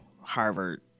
Harvard